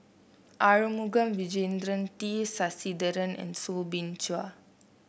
Arumugam Vijiaratnam T Sasitharan and Soo Bin Chua